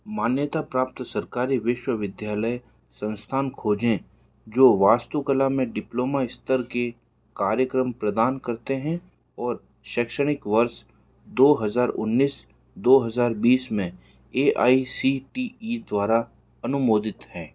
मान्यता प्राप्त सरकारी विश्वविद्यालय संस्थान खोजें जो वास्तुकला में डिप्लोमा स्तर की कार्यक्रम प्रदान करते हैं और शैक्षणिक वर्ष दो हजार उन्नीस दो हजार बीस में A I C T E द्वारा अनुमोदित है